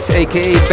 aka